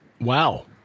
Wow